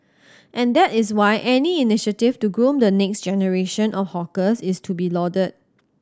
and that is why any initiative to groom the next generation of hawkers is to be lauded